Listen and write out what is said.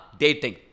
dating